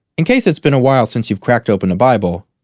in case it's been a while since you've cracked open a bible,